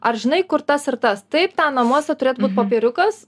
ar žinai kur tas ir tas taip ten namuose turėtų būt popieriukas